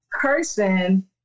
person